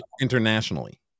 internationally